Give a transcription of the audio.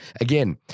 again